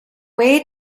way